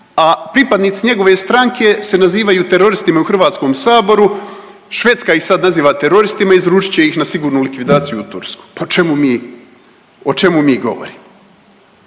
a pripadnici njegove stranke se nazivaju teroristima u Hrvatskom saboru, Švedska ih sad naziva teroristima izručit će ih na sigurnu likvidaciju u Tursku. Pa o čemu mi, o čemu